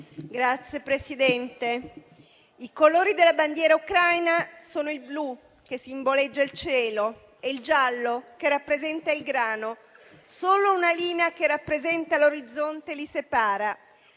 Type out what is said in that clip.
Signor Presidente, i colori della bandiera Ucraina sono il blu, che simboleggia il cielo, e il giallo, che rappresenta il grano; solo una linea che rappresenta l'orizzonte li separa.